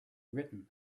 written